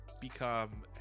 become